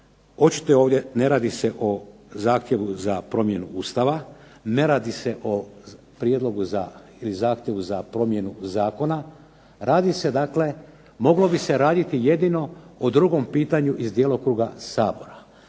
Očito je ovdje ne radi se o zahtjevu za promjenu Ustavu, ne radi se o zahtjevu za promjenu zakona. Moglo bi se raditi jedino o drugom pitanju iz djelokruga Sabora.